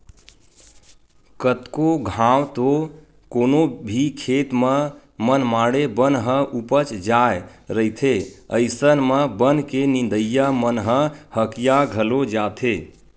कतको घांव तो कोनो भी खेत म मनमाड़े बन ह उपज जाय रहिथे अइसन म बन के नींदइया मन ह हकिया घलो जाथे